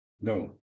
no